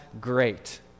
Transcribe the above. great